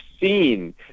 seen